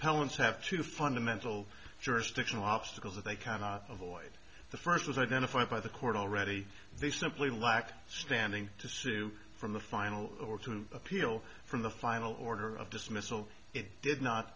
appellants have two fundamental jurisdictional obstacles that they cannot avoid the first was identified by the court already they simply lack standing to sue from the final or to appeal from the final order of dismissal it did not